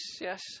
yes